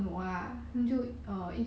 mm